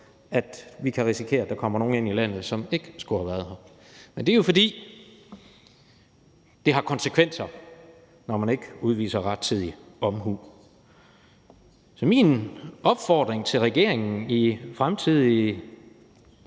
vi kan risikere, at der kommer nogle ind i landet, som ikke skulle have været her. Men det er jo, fordi det har konsekvenser, når man ikke udviser rettidig omhu. Så jeg har en opfordring til regeringen i fremtidige